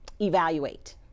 evaluate